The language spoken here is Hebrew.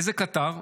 איזו קטר?